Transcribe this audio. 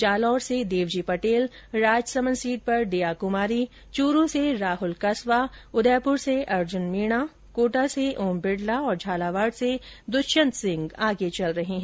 जालौर से देवजी पटेल राजसमन्द सीट पर दिया कुमारी चूरु से राहुल कसवां उदयपुर से अर्जुन मीणा कोटा से ओम बिड़ला और झालावाड़ से दृष्यन्त सिंह आगे चल रहे हैं